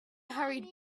hurried